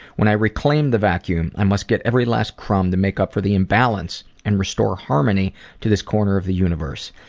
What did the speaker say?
when i reclaim the vacuum i must get every last crumb to make up for the imbalance and restore harmony to this corner of the universe.